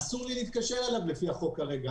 אסור לי להתקשר אליו, לפי החוק כרגע.